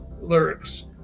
lyrics